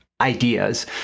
ideas